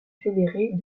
fédérés